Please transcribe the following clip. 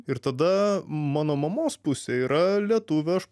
ir tada mano mamos pusė yra lietuvė aš